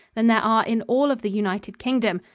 than there are in all of the united kingdom,